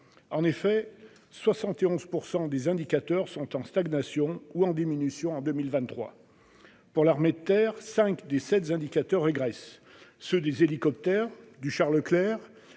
En effet, 71 % des indicateurs sont en stagnation ou en diminution en 2023. Pour l'armée de terre, cinq des sept indicateurs régressent : ceux des hélicoptères, du char Leclerc,